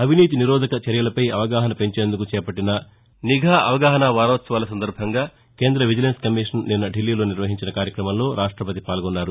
అవినీతి నిరోధక చర్యలపై అవగాహన పెంచేందుకు చేపట్లిన నిఘా అవగాహన వారోత్సవాలు సందర్భంగా కేంద్ర విజిలెన్స్ కమిషన్ నిన్న దిల్లీలో నిర్వహించిన కార్యక్రమంలో రాష్టపతి పాల్గొన్నారు